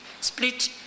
split